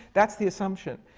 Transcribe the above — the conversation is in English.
that's the assumption.